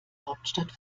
hauptstadt